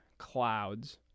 clouds